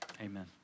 Amen